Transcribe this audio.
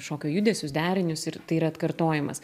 šokio judesius derinius ir tai yra atkartojimas